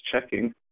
checking